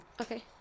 Okay